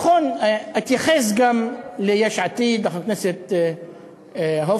נכון, אתייחס גם ליש עתיד, לחבר הכנסת הופמן.